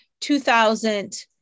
2000